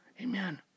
Amen